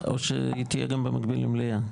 או שהיא תהיה גם במקביל למליאה?